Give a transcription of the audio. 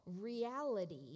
reality